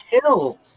Kill